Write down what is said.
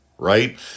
right